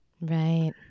Right